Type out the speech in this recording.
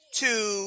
two